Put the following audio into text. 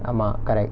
ஆமா:aamaa correct